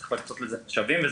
וצריך להקצות עבורו משאבים.